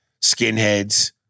skinheads